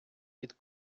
під